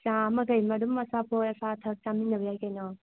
ꯆꯥ ꯑꯃ ꯀꯩ ꯑꯃ ꯑꯗꯨꯝ ꯑꯆꯥꯄꯣꯠ ꯑꯆꯥ ꯑꯊꯛ ꯆꯥꯃꯤꯟꯅꯕ ꯌꯥꯏ ꯀꯩꯅꯣ